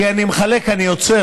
כי אני מחלק, אני עוצר.